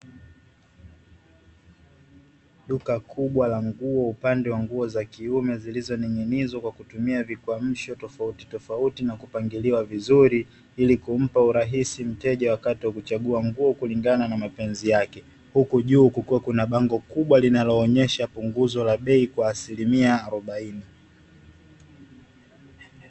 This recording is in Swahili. Duka kubwa la nguo upande wa nguo za kiume, zilizoning’inizwa kwa kutumia vikwamsho tofautitofauti na kupangiliwa vizuri ili kumpa mteja urahisi wakati wa kuchagua nguo kulingana na mapenzi yake, huku juu kukiwa na bango kubwa linaloonyesha punguzo la bei kwa asilimia arobaini.